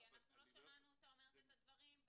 כי אנחנו לא שמענו אותה אומרת את הדברים,